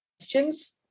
questions